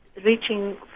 reaching